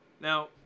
Now